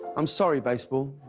i'm sorry, baseball.